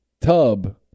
tub